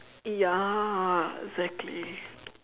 ya exactly